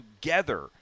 together